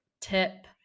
tip